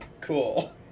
Cool